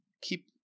keep